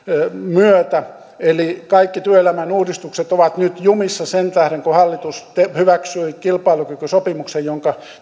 myötä eli kaikki työelämän uudistukset ovat nyt jumissa sen tähden että hallitus hyväksyi kilpailukykysopimuksen jonka